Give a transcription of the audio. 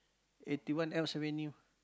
eighty one Alps avenue